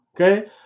okay